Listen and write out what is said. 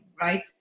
right